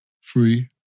free